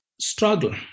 struggle